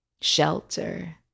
shelter